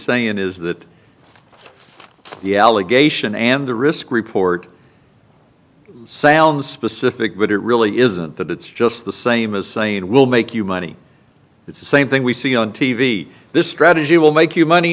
saying is that the allegation and the risk report sound specific would it really isn't that it's just the same as saying it will make you money it's the same thing we see on t v this strategy will make you money